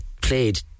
played